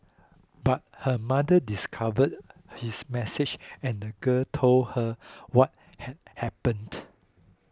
but her mother discovered his message and the girl told her what had happened